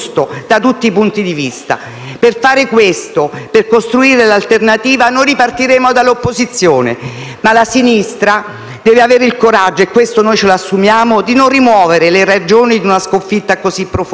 Grazie a tutti.